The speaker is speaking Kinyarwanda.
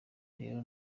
rero